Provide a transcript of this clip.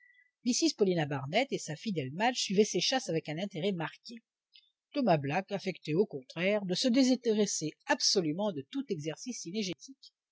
mrs paulina barnett et sa fidèle magde suivaient ces chasses avec un intérêt marqué thomas black affectait au contraire de se désintéresser absolument de tout exercice